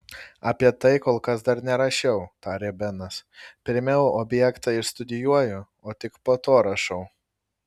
apie tai kol kas dar nerašiau tarė benas pirmiau objektą išstudijuoju o tik po to rašau